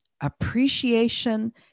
appreciation